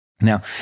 Now